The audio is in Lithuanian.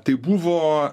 tai buvo